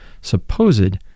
supposed